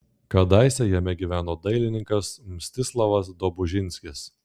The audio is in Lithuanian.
kadaise jame gyveno dailininkas mstislavas dobužinskis